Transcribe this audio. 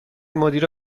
مدیر